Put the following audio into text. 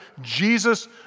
Jesus